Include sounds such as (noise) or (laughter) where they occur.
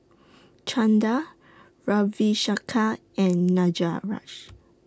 Chanda Ravi Shankar and (unintelligible)